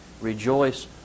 Rejoice